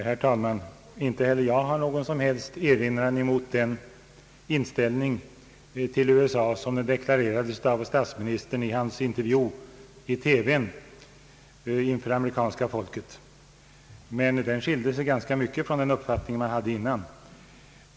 Herr talman! Inte heller jag har någon som helst erinran mot den inställ ning till USA som deklarerades av statsministern i hans intervju i TV inför det amerikanska folket. Den då redovisade inställningen skiljer sig dock ganska mycket från den uppfattning man fått dessförinnan.